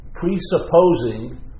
presupposing